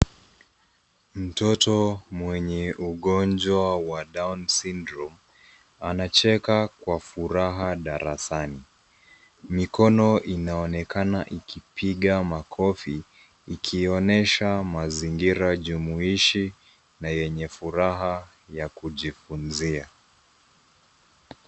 Mtoto mwenye ugonjwa wa down syndrome ,anacheka Kwa furaha darasani Mikono inaonekana ikipika makofi ikionyesha mazingira jumuishi na yenye furaha ya kujifunzia